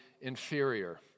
inferior